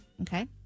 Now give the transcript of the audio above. Okay